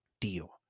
deal